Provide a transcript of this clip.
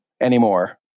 anymore